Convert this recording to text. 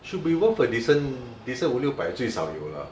should be worth a decent decent 五六百最少有 lah